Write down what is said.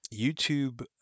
YouTube